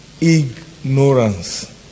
ignorance